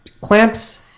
Clamps